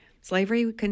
slavery